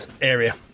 area